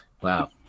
Wow